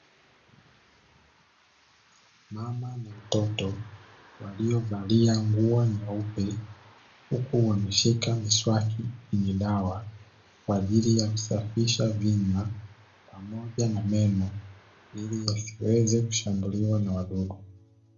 Mama na mtoto waliovalia nguo nyeupe huku wameshika miswaki yenye dawa kwa ajili ya kusafisha vinywa pamoja na meno ili yasiweze kushambuliwa na wadudu.